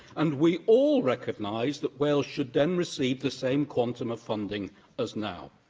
and we all recognise that wales should then receive the same quantum of funding as now.